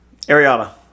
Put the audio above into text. Ariana